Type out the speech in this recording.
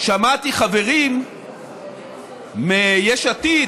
שמעתי חברים מיש עתיד,